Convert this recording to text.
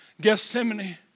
Gethsemane